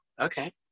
okay